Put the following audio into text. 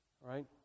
right